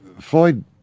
Floyd